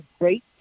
great